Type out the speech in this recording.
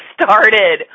started